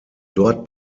dort